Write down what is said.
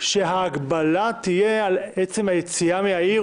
שההגבלה תהיה על עצם היציאה מהעיר.